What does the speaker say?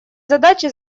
задача